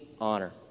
honor